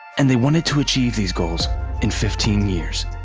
and they wanted to achieve these goals in fifteen years.